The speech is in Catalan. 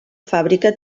fàbrica